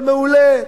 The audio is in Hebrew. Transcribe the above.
אבל מעולה,